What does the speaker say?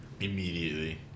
Immediately